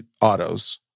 autos